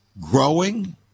growing